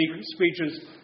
speeches